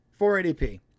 480p